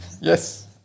Yes